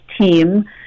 team